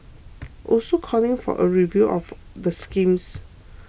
also calling for a review of the schemes